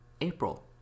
April